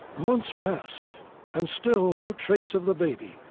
months passed and still no trace of the baby.